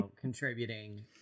contributing